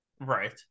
right